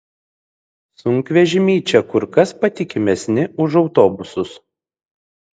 sunkvežimiai čia kur kas patikimesni už autobusus